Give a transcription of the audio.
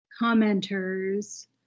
commenters